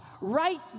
right